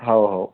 हो हो